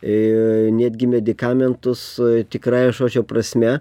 ir netgi medikamentus tikrąja žodžio prasme